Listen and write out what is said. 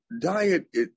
Diet